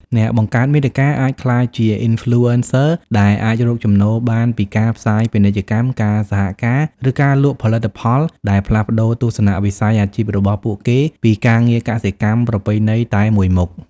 អ្នកបង្កើតមាតិកាអាចក្លាយជា អ៊ីនហ្វ្លូអិនសើរ ដែលអាចរកចំណូលបានពីការផ្សាយពាណិជ្ជកម្ម ការសហការ ឬការលក់ផលិតផល ដែលផ្លាស់ប្តូរទស្សនវិស័យអាជីពរបស់ពួកគេពីការងារកសិកម្មប្រពៃណីតែមួយមុខ។